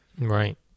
right